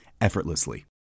effortlessly